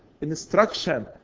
instruction